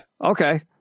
Okay